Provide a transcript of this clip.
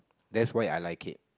that's why I like it